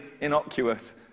innocuous